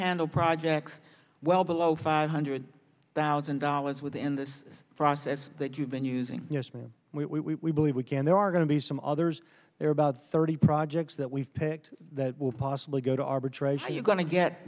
handle projects well below five hundred thousand dollars within this process that you've been using yes ma'am we believe we can there are going to be some others there are about thirty projects that we've picked that will possibly go to arbitration you're go